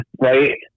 right